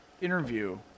interview